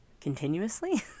continuously